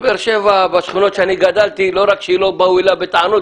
בבאר שבע בשכונות שאני גדלתי לא רק שלא באו אליה בטענות,